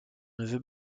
neveu